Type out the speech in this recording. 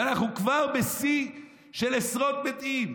ואנחנו כבר בשיא של עשרות מתים.